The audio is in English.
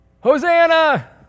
Hosanna